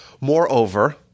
Moreover